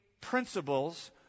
principles